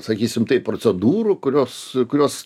sakysim taip procedūrų kurios kurios